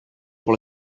pour